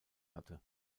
hatte